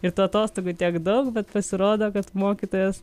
ir tų atostogų tiek daug bet pasirodo kad mokytojas